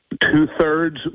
Two-thirds